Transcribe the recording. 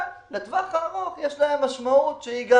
אבל לטווח הארוך יש להם משמעות שהיא גם